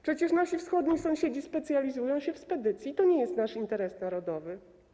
Przecież nasi wschodni sąsiedzi specjalizują się w spedycji, to nie jest nasz interes narodowy.